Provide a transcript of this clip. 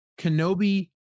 kenobi